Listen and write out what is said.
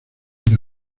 era